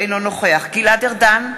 אינו נוכח גלעד ארדן,